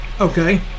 Okay